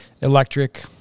electric